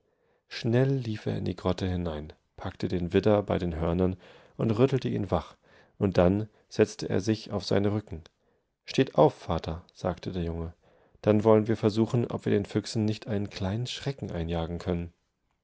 schnell lief er in die grotte hinein packte den widder bei den hörnern und rüttelte ihn wach und dann setzte er sich auf seinen rücken steht auf vater sagte der junge dann wollen wir versuchen ob wir den füchsen nichteinenkleinenschreckeneinjagenkönnen er